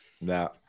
No